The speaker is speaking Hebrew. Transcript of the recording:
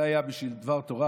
זה היה בשביל דבר תורה,